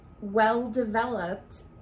well-developed